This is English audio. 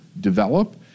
develop